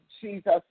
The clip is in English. Jesus